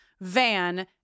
Van